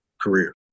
career